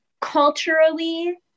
culturally